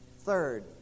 Third